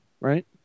right